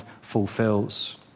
fulfills